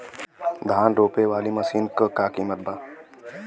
धान रोपे वाली मशीन क का कीमत बा?